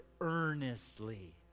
earnestly